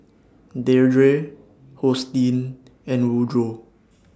Deirdre Hosteen and Woodroe